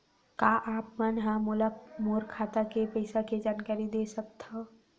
का आप मन ह मोला मोर खाता के पईसा के जानकारी दे सकथव?